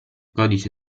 codice